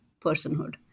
personhood